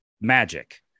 magic